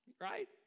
right